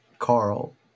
Carl